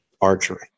archery